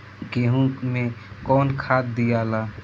गेहूं मे कौन खाद दियाला?